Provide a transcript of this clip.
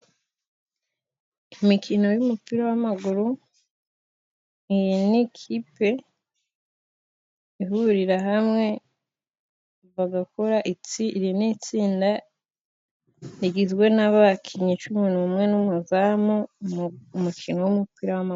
Imikino y'umupira w'amaguru, iyi ni kipe ihurira hamwe, bagakora itsinda rigizwe n'abakinnyi cumi nu'umwe n'umuzamu, mu mukino w'umupira w'maguru.